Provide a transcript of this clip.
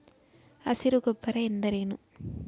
ಹಸಿರು ಗೊಬ್ಬರ ಎಂದರೇನು?